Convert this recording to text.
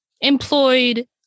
employed